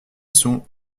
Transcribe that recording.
sont